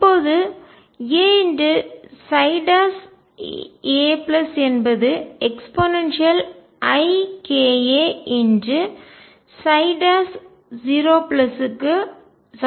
இப்போது a a என்பது eika 0 க்கு சமமாக இருக்கும்